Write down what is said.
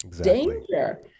danger